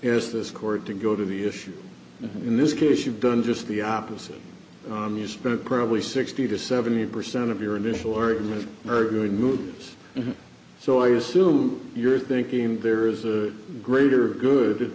because this court to go to the issue in this case you've done just the opposite on the spirit probably sixty to seventy percent of your initial argument are going moot so i assume you're thinking there is a greater good